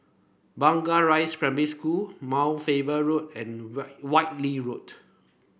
Blangah Rise Primary School Mount Faber Road and Whitley Road